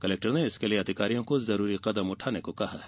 collector ने इसके लिए अधिकारियों को जरूरी कदम उठाने को कहा है